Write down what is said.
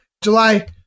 July